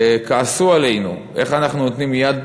כעסו עלינו איך אנחנו נותנים יד